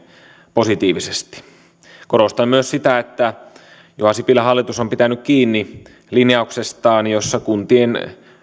positiivisesti korostan myös sitä että juha sipilän hallitus on pitänyt kiinni linjauksestaan jossa kuntien